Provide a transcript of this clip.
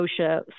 OSHA